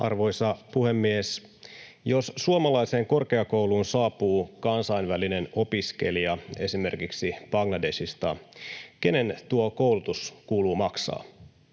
Arvoisa puhemies! Jos suomalaiseen korkeakouluun saapuu kansainvälinen opiskelija esimerkiksi Bangladeshista, kenen tuo koulutus kuuluu maksaa: